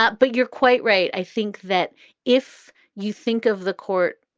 ah but you're quite right. i think that if you think of the court.